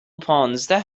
پانزده